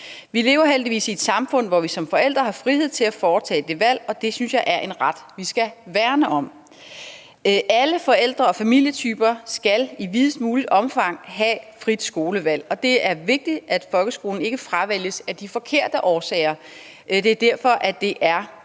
Vi lever heldigvis i et samfund, hvor vi som forældre har frihed til at foretage det valg, og det synes jeg er en ret, som vi skal værne om. Alle forældre og familietyper skal i videst muligt omfang have frit skolevalg, og det er vigtigt, at folkeskolen ikke fravælges af de forkerte årsager. Det er derfor, det er meget